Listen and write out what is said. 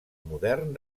modern